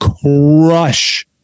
crush